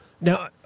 Now